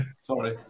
sorry